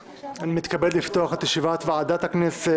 אני מתכבד לפתוח את ישיבת ועדת הכנסת,